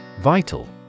Vital